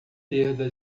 perda